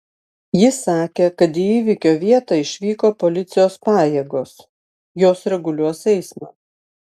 ji sakė kad į įvykio vietą išvyko policijos pajėgos jos reguliuos eismą